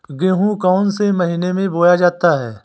गेहूँ कौन से महीने में बोया जाता है?